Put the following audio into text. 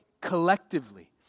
collectively